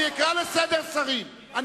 אני אקרא שרים לסדר,